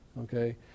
okay